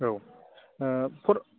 औ ओ फट'